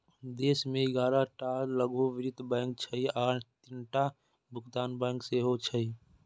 देश मे ग्यारह टा लघु वित्त बैंक छै आ तीनटा भुगतान बैंक सेहो छै